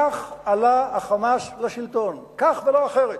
כך עלה ה"חמאס" לשלטון, כך ולא אחרת,